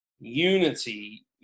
unity